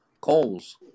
calls